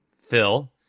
Phil